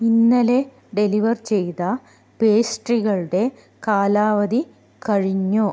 ഇന്നലെ ഡെലിവർ ചെയ്ത പേസ്ട്രികളുടെ കാലാവധി കഴിഞ്ഞു